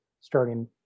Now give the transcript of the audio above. starting